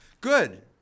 Good